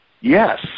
Yes